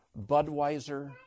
Budweiser